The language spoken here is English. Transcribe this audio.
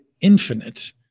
Infinite